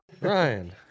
ryan